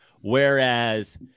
Whereas